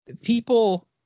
people